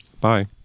bye